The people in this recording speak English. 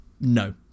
No